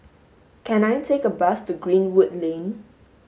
can I take a bus to Greenwood Lane